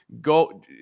Go